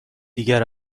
دیگر